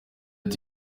ati